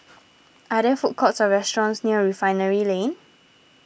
are there food courts or restaurants near Refinery Lane